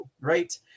right